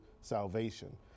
salvation